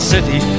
City